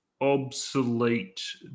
obsolete